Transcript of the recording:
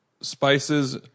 spices